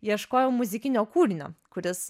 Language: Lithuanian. ieškojau muzikinio kūrinio kuris